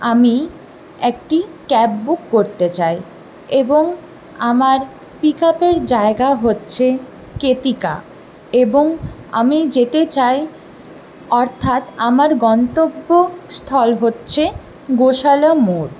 আমি একটি cab book করতে চাই এবং আমার পিক আপের জায়গা হচ্ছে কেতিকা এবং আমি যেতে চাই অর্থাৎ আমার গন্তব্যস্থল হচ্ছে গোশালা মোড়